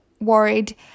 worried